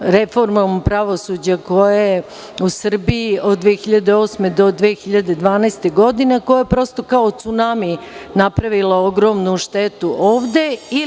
reformom pravosuđa koja je u Srbiji od 2008. do 2012. godine, koja je prosto kao cunami napravila ogromnu štetu ovde.